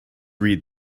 read